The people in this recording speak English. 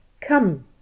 Come